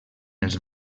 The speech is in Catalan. els